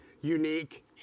unique